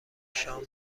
شام